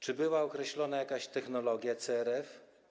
Czy była określona jakaś technologia CRF?